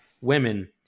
women